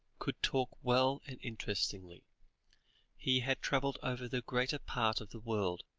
could talk well and interestingly he had travelled over the greater part of the world,